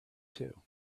too